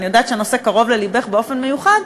אני יודעת שהנושא קרוב ללבך באופן מיוחד,